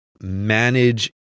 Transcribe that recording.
manage